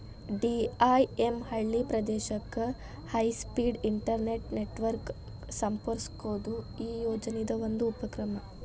DIM ಹಳ್ಳಿ ಪ್ರದೇಶಕ್ಕೆ high speed internet network ಗ ಸಂಪರ್ಕಿಸೋದು ಈ ಯೋಜನಿದ್ ಒಂದು ಉಪಕ್ರಮ